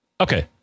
Okay